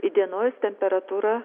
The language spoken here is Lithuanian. įdienojus temperatūra